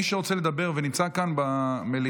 מי שרוצה לדבר ונמצא כאן במליאה,